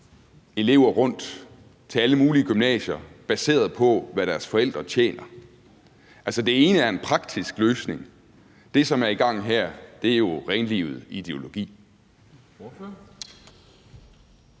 elever rundt til alle mulige gymnasier, baseret på hvad deres forældre tjener? Altså, det ene er en praktisk løsning; det andet, som er det, der er i gang her, er jo renlivet ideologi.